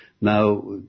Now